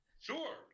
sure